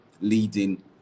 leading